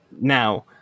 Now